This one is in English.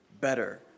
better